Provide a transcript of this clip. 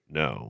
no